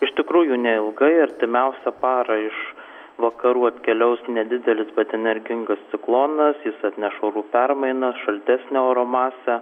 iš tikrųjų neilgai artimiausią parą iš vakarų atkeliaus nedidelis bet energingas ciklonas jis atneš orų permainas šaltesnio oro masę